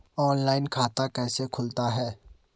Online खाता कैसे खुलता है?